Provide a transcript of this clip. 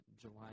July